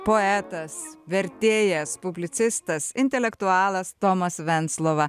poetas vertėjas publicistas intelektualas tomas venclova